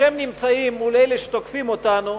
כשהם נמצאים מול אלה שתוקפים אותנו,